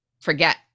forget